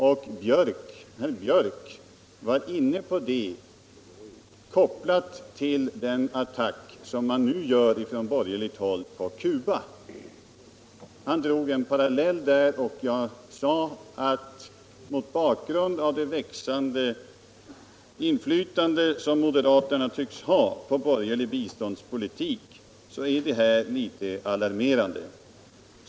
Herr Björck i Nässjö var inne på det, kopplat till den attack som man nu gör från borgerligt håll mot biståndet till Cuba. Han drog en parallell där, och jag sade att mot bakgrund av det växande inflytande som moderaterna tycks ha på borgerlig biståndspolitik är detta alarmerande.